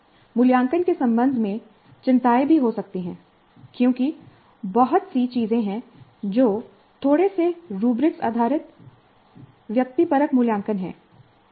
मूल्यांकन के संबंध में चिंताएं भी हो सकती हैं क्योंकि बहुत सी चीजें हैं जो थोड़े से रूब्रिक आधारित व्यक्तिपरक मूल्यांकन हैं